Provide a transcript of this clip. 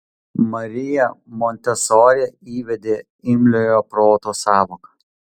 marija montesori įvedė imliojo proto sąvoką